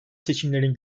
seçimlerin